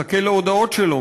מחכה להודעות שלו,